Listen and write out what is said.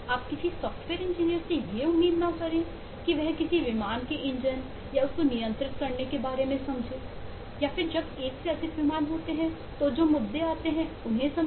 आप किसी software engineer से यह उम्मीद ना करें कि वह किसी विमान के इंजन या उसको नियंत्रण करने के बारे में समझे या फिर जब एक से अधिक विमान होते हैं तो जो मुद्दे आते हैं उन्हें समझें